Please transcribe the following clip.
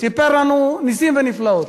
סיפר לנו נסים ונפלאות.